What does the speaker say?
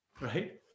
Right